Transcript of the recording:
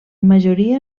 majoria